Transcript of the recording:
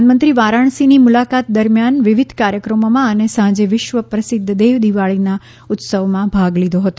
પ્રધાનમંત્રી વારાણસીની મુલાકાત દરમિયાન વિવિધ કાર્યક્રમોમાં અને સાંજે વિશ્વ પ્રસિધ્ધ દેવદિવાળીના ઉત્સવમાં ભાગ લીધો હતો